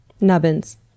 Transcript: Nubbins